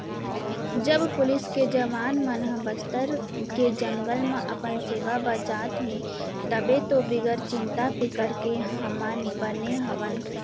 जब पुलिस के जवान मन ह बस्तर के जंगल म अपन सेवा बजात हें तभे तो बिगर चिंता फिकर के हमन बने हवन